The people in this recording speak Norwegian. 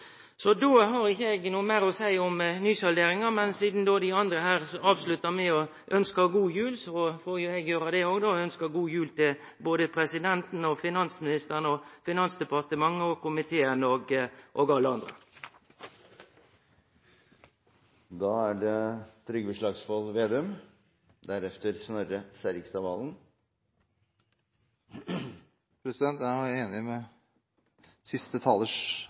har hatt i Stortinget. Då har eg ikkje noko meir å seie om nysalderinga, men sidan dei andre avslutta med å ønskje god jul, får eg også ønskje god jul til både presidenten, finansministeren, Finansdepartementet, komiteen og alle andre. Jeg er enig i siste talers avslutning. Der kan jeg slutte meg til rekken, så skal jeg ikke si alt jeg trenger å si om det. Jeg har